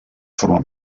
forma